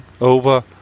over